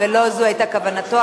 ולא זו היתה כוונתו,